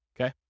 okay